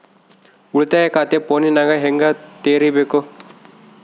ಉಳಿತಾಯ ಖಾತೆ ಫೋನಿನಾಗ ಹೆಂಗ ತೆರಿಬೇಕು?